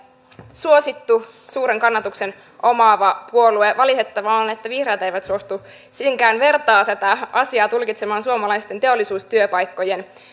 suosittu suuren kannatuksen omaava puolue valitettavaa on että vihreät eivät suostu senkään vertaa tätä asiaa tulkitsemaan suomalaisten teollisuustyöpaikkojen